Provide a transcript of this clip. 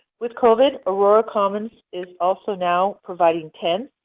with covid, aurora commons is also now providing tents,